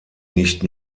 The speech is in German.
nicht